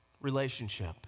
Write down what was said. relationship